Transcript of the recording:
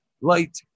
Light